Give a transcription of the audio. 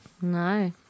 no